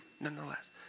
nonetheless